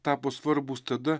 tapo svarbūs tada